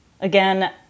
Again